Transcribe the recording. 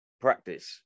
practice